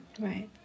Right